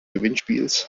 gewinnspiels